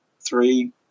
three